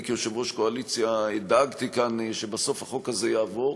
אני כיושב-ראש קואליציה דאגתי כאן שבסוף החוק הזה יעבור.